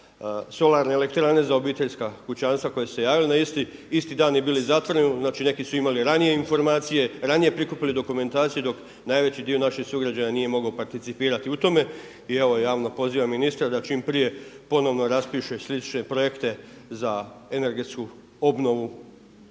solarne elektrane, za obiteljska kućanstva koji su se javili na isti dan i bili zatvoreni, znači neki su imali ranije informacije, ranije prikupili dokumentaciju dok najveći dio naših sugrađana nije mogao participirati u tome. I evo javno pozivam ministra da čim prije ponovno raspiše slične projekte za energetsku obnovu